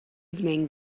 evening